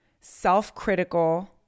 self-critical